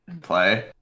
play